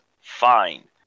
fine